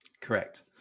Correct